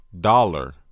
Dollar